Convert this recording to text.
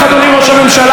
אדוני ראש הממשלה,